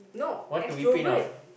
want to repeat not